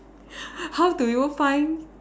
how do you find